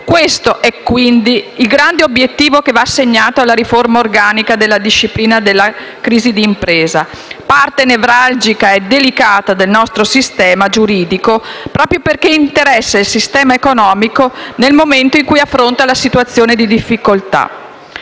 Questo è, quindi, il grande obiettivo che va assegnato alla riforma organica della disciplina della crisi di impresa, parte nevralgica e delicata del nostro sistema giuridico, proprio perché interessa il sistema economico, nel momento in cui affronta le situazioni di difficoltà.